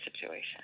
situation